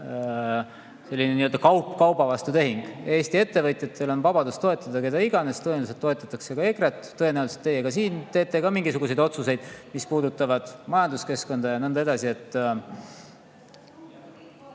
kauba vastu tehing. Eesti ettevõtjatel on vabadus toetada keda iganes. Tõenäoliselt toetatakse ka EKRE-t ja tõenäoliselt teie siin teete ka mingisuguseid otsuseid, mis puudutavad majanduskeskkonda, ja nõnda edasi.